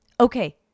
Okay